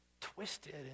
twisted